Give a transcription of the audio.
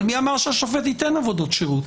אבל מי אמר שהשופט ייתן עבודות שירות?